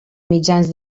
mitjans